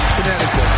Connecticut